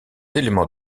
éléments